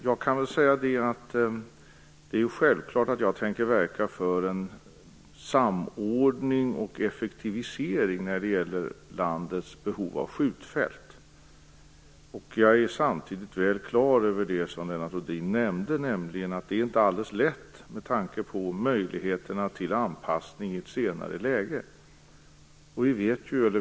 Jag kommer självklart att verka för en samordning och effektivisering av landets behov av skjutfält. Jag är samtidigt helt klar över det som Lennart Rohdin nämnde, nämligen att detta med tanke på möjligheterna till anpassning i ett senare läge inte är alldeles lätt.